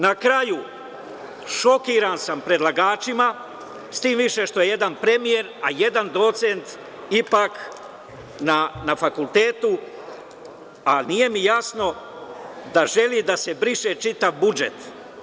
Na kraju, šokiran sam predlagačima, s tim više što je jedan premijer, a jedan docent ipak na fakultetu, a nije mi jasno da želi da se briše čitav budžet.